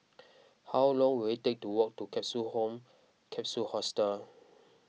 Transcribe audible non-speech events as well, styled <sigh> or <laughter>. <noise> how long will it take to walk to Capsule Home Capsule Hostel